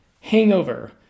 hangover